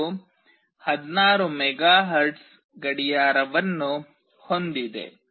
ಇದು 16 ಮೆಗಾಹರ್ಟ್ಜ್ ಗಡಿಯಾರವನ್ನು ಹೊಂದಿದೆ